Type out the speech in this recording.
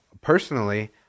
personally